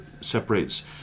separates